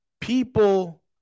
people